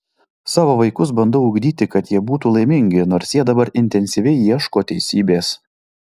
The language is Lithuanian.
savo vaikus bandau ugdyti kad jie būtų laimingi nors jie dabar intensyviai ieško teisybės